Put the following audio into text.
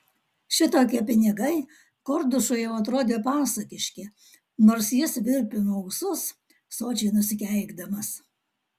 šitokie pinigai kordušui jau atrodė pasakiški nors jis virpino ūsus sočiai nusikeikdamas